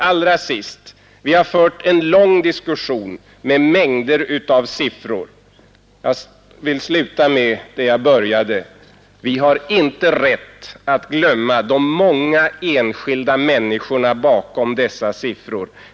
Allra sist: Vi har fört en lång diskussion med mängder av siffror. Jag vill sluta med det jag började: Vi har inte rätt att glömma de många enskilda människorna bakom dessa siffror.